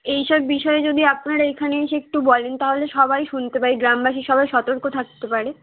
এই সব বিষয়ে যদি আপনারা এখানে এসে একটু বলেন তাহলে সবাই শুনতে পায় গ্রামবাসী সবাই সতর্ক থাকতে পারে